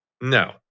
No